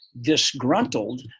disgruntled